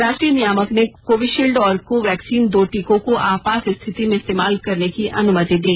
राष्ट्रीय नियामक ने कोविशील्ड और कोवैक्सीन दो टीकों को आपात स्थिति में इस्तेमाल करने की अनुमति दी